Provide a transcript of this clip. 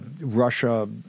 Russia